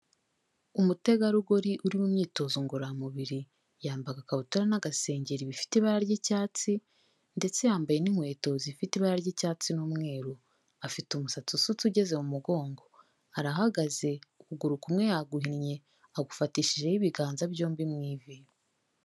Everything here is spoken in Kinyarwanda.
Umutegarugori uri mu myitozo ngororamubiri, yambaye agakabutura n'agasengeri bifite ibara ry'icyatsi ndetse yambaye n'inkweto zifite ibara ry'icyatsi n'umweru, afite umusatsi usutse ugeze mu mugongo, arahagaze ukuguru kumwe yaguhinnye agufatishijeho ibiganza byombi mu ivi.